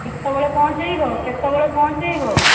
କେତେବେଳେ ପହଞ୍ଚାଇବ କେତେବେଳେ ପହଞ୍ଚାଇବ